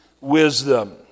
wisdom